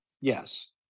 yes